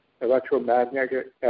electromagnetic